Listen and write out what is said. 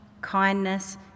kindness